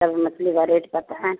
तब मछली का रेट बताऍं